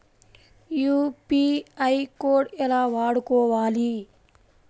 UPI code ఎలా వాడుకోవాలి?